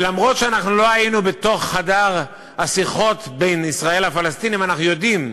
אף שאנחנו לא היינו בתוך חדר השיחות בין ישראל לפלסטינים אנחנו יודעים,